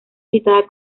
citada